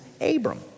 Abram